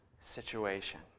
situation